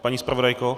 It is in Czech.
Paní zpravodajko...